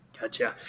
Gotcha